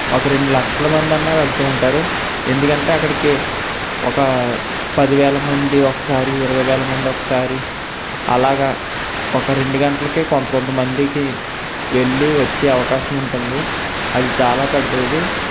ఒక రెండు లక్షల మందన్న వెళుతు ఉంటారు ఎందుకంటే అక్కడకి ఒక పదివేల మంది ఒకసారి ఇరవై వేల మంది ఒకసారి అలాగా ఒక రెండు గంటలకి కొంత కొంతమంది వెళ్ళి వచ్చే అవకాశం ఉంటుంది అది చాలా పెద్దది